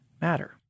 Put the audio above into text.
matter